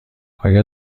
آیا